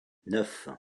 neuf